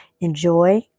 Enjoy